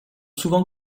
souvent